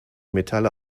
metalle